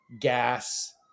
gas